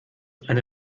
eine